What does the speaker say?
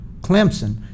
Clemson